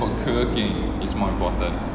for cooking is more important